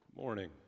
morning